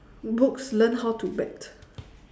books learn how to bet